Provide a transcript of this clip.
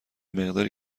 مقداری